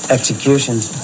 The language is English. Executions